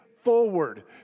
forward